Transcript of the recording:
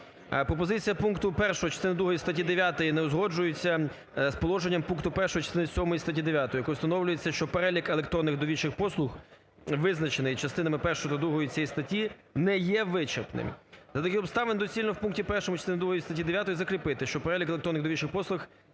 Пропозиції пункту 1 частини другої статті 9 не узгоджується з положенням пункту 1 частини сьомої статті 9, якою встановлюється, що перелік електронних довірчих послуг, визначений частинами першою та другою цієї статті, не є вичерпним. За таких обставин доцільно у пункту 1 частини другої статті 9 закріпити, що перелік гарантованих довірчих послуг